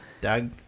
Doug